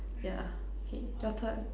yeah K your turn